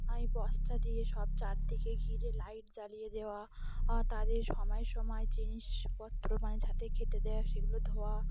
বস্তা দিয়ে সব চারদিকে ঘিরে লাইট জ্বালিয়ে দেওয়া তাদের সময় সময় জিনিসপত্র মানে হাতে খেতে দেওয়া সেগুলো ধোয়া